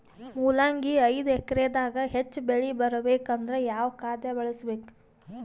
ಮೊಲಂಗಿ ಐದು ಎಕರೆ ದಾಗ ಹೆಚ್ಚ ಬೆಳಿ ಬರಬೇಕು ಅಂದರ ಯಾವ ಖಾದ್ಯ ಬಳಸಬೇಕು?